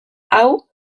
hau